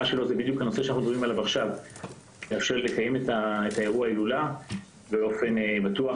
שלו היא לאפשר את אירוע ההילולה באופן בטוח,